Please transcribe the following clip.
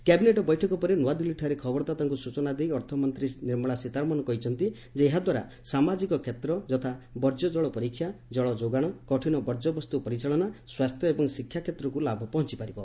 cabinet ବୈଠକ ପରେ ନୂଆଦିଲ୍ଲୀଠାରେ ଖବରଦାତାଙ୍କୁ ସ୍ୱଚନା ଦେଇ ଅର୍ଥମନ୍ତ୍ରୀ ନିର୍ମଳା ସୀତାରମଣ କହିଛନ୍ତି ଯେ ଏହାଦ୍ୱାରା ସାମାଜିକ କ୍ଷେତ୍ର ଯଥା ବର୍ଜ୍ୟ ଜଳ ପରୀକ୍ଷା ଜଳ ଯୋଗାଣ କଠିନ ବର୍ଜ୍ୟବସ୍ତୁ ପରିଚାଳନା ସ୍ୱାସ୍ଥ୍ୟ ଏବଂ ଶିକ୍ଷା କ୍ଷେତ୍ରକୁ ଲାଭ ପହଞ୍ଚିପାରିବ